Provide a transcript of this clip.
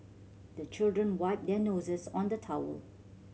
the children wipe their noses on the towel